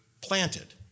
planted